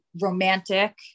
romantic